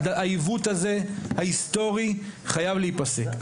העיוות הזה ההיסטורי חייב להיפסק.